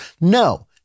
No